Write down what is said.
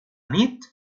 nit